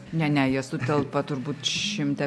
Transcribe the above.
ne ne jie sutelpa turbūt šimte